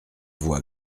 voie